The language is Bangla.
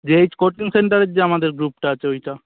যেএইচ কোচিং সেন্টারের যে আমাদের গ্রুপটা আছে ওইটা